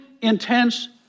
intense